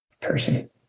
person